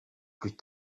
plus